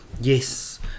Yes